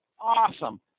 awesome